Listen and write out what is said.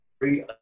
free